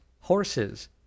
horses